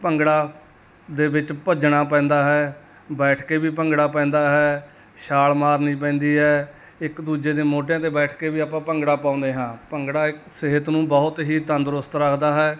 ਭੰਗੜਾ ਦੇ ਵਿੱਚ ਭੱਜਣਾ ਪੈਂਦਾ ਹੈ ਬੈਠ ਕੇ ਵੀ ਭੰਗੜਾ ਪੈਂਦਾ ਹੈ ਛਾਲ ਮਾਰਨੀ ਪੈਂਦੀ ਹੈ ਇੱਕ ਦੂਜੇ ਦੇ ਮੋਢਿਆਂ 'ਤੇ ਬੈਠ ਕੇ ਵੀ ਆਪਾਂ ਭੰਗੜਾ ਪਾਉਂਦੇ ਹਾਂ ਭੰਗੜਾ ਇੱਕ ਸਿਹਤ ਨੂੰ ਬਹੁਤ ਹੀ ਤੰਦਰੁਸਤ ਰੱਖਦਾ ਹੈ